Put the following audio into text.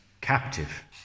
captive